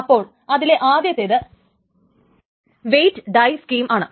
അപ്പോൾ അതിലെ ആദ്യത്തെത് വെയ്റ്റ് ഡൈ സ്കീം ആണ്